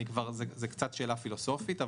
זאת שאלה קצת פילוסופית.